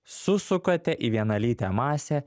susukate į vienalytę masę